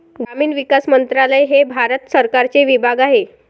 ग्रामीण विकास मंत्रालय हे भारत सरकारचे विभाग आहे